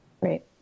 Right